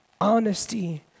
honesty